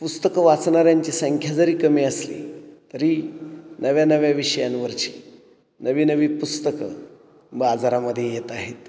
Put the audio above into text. पुस्तकं वाचणाऱ्यांची संख्या जरी कमी असली तरी नव्यानव्या विषयांवरची नवी नवी पुस्तकं बाजारामध्येे येत आहेत